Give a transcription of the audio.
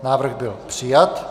Návrh byl přijat.